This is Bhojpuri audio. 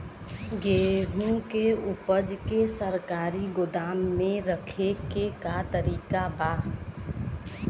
गेहूँ के ऊपज के सरकारी गोदाम मे रखे के का तरीका बा?